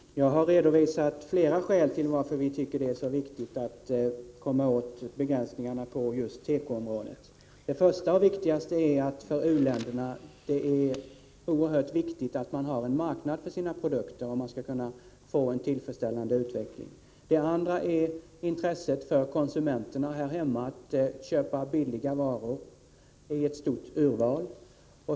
Herr talman! Jag har redovisat flera skäl till att vi tycker att det är så viktigt att komma åt begränsningarna på just tekoområdet. Det första och viktigaste skälet är att det för u-länderna är oerhört viktigt att de har en marknad för sina produkter om de skall kunna få en tillfredsställande utveckling. Det andra är intresset för konsumenterna här hemma att kunna köpa billiga varor i ett stort urval.